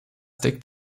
deckt